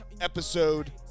episode